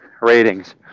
Ratings